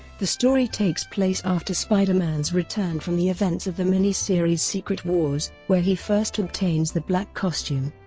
the story takes place after spider-man's return from the events of the miniseries secret wars, where he first obtains the black costume.